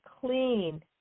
clean